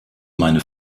meine